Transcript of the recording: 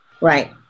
Right